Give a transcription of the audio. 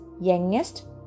youngest